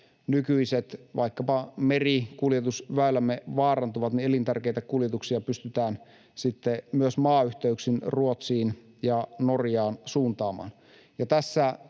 nykyiset merikuljetusväylämme vaarantuvat, elintärkeitä kuljetuksia pystytään myös maayhteyksin Ruotsiin ja Norjaan suuntaamaan.